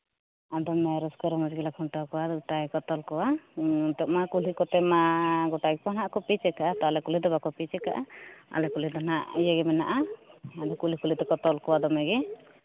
ᱟᱫᱚ ᱢᱟ ᱨᱟᱹᱥᱠᱟᱹ ᱨᱚᱢᱚᱡᱽ ᱜᱮᱞᱮ ᱠᱷᱩᱱᱴᱟᱹᱣ ᱠᱚᱣᱟ ᱜᱚᱴᱟ ᱜᱮᱠᱚ ᱛᱚᱞ ᱠᱚᱣᱟ ᱱᱤᱛᱳᱜ ᱢᱟ ᱠᱩᱞᱦᱤ ᱠᱚᱛᱮ ᱢᱟ ᱜᱚᱴᱟ ᱜᱮᱠᱚ ᱦᱟᱸᱜ ᱠᱚ ᱯᱤᱪᱟᱠᱟᱫᱼᱟ ᱛᱚ ᱟᱞᱮ ᱠᱩᱞᱤ ᱫᱚ ᱵᱟᱠᱚ ᱯᱤᱪᱟᱠᱟᱫᱼᱟ ᱟᱞᱮ ᱠᱩᱞᱦᱤ ᱫᱚ ᱱᱟᱜ ᱤᱭᱟᱹ ᱜᱮ ᱢᱮᱱᱟᱜᱼᱟ ᱟᱫᱚ ᱠᱩᱞᱤ ᱠᱩᱞᱦᱤ ᱛᱮᱠᱚ ᱛᱚᱞ ᱠᱚᱣᱟ ᱫᱚᱢᱮ ᱜᱮ